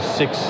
six